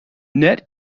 net